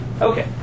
Okay